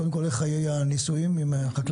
קודם כל, איך חיי הנישואין עם החקלאות?